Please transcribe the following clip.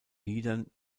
liedern